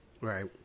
right